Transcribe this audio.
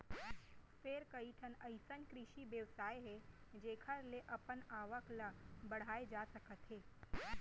फेर कइठन अइसन कृषि बेवसाय हे जेखर ले अपन आवक ल बड़हाए जा सकत हे